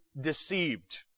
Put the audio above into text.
deceived